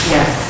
Yes